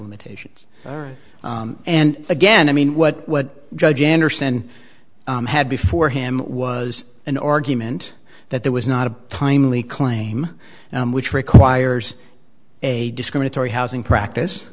limitations and again i mean what what judge andersen had before him was an argument that there was not a timely claim which requires a discriminatory housing practice